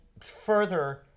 further